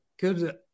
good